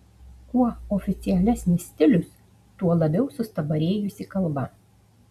kuo oficialesnis stilius tuo labiau sustabarėjusi kalba